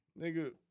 Nigga